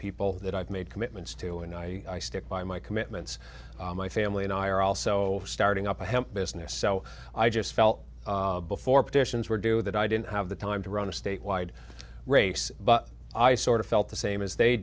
people that i've made commitments to and i stick by my commitments my family and i are also starting up a hemp business so i just felt before petitions were doing that i didn't have the time to run a statewide race but i sort of felt the same as they